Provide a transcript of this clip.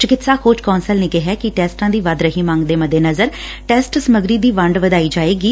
ਚਿਕਿਤਸਾ ਖੋਜ ਕੌਸਲ ਨੇ ਕਿਹੈ ਕਿ ਟੈਸਟਾਂ ਦੀ ਵੱਧ ਰਹੀ ਮੰਗ ਦੇ ਮੱਦੇਨਜ਼ਰ ਟੈਸਟ ਸਮੱਗਰੀ ਦੀ ਵੰਡ ਵਧਾਈ ਜਾਏਗੀ